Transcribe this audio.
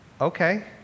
okay